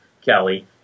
Kelly